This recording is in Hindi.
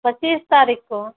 पच्चीस तारीख को